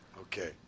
Okay